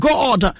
God